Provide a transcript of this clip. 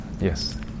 yes